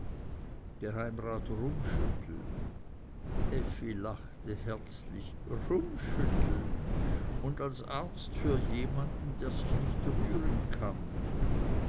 geheimrat rummschüttel effi lachte herzlich rummschüttel und als arzt für jemanden der sich nicht rühren kann